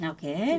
Okay